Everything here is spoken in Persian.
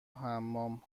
حمام